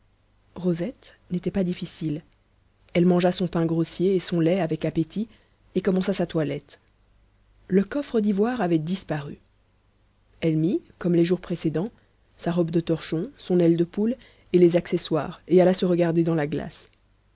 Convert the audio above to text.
rosette n'était pas difficile elle mangea son pain grossier et son lait avec appétit et commença sa toilette le coffre d'ivoire avait disparu elle mit comme les jours précédents sa robe de torchon son aile de poule et les accessoires et alla se regarder dans la glace